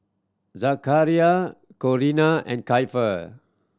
Zachariah Corinna and Keifer